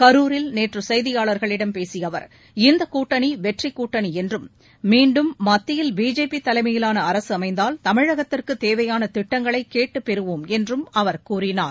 கரூரில் நேற்று செய்தியாளர்களிடம் பேசிய அவர் இந்த கூட்டணி வெற்றி கூட்டணி என்றும் மீண்டும் மத்தியில் பிஜேபி தலைமையிவான அரசு அமைந்தால் தமிழகத்திற்கு தேவையான திட்டங்களை கேட்டு பெறுவோம் என்றும் அவர் கூறினார்